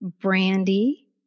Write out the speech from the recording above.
Brandy